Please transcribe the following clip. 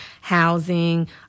housing